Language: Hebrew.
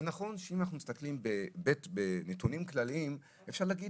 נכון שאם אנחנו מסתכלים על נתונים כלליים אפשר להגיד